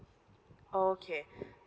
okay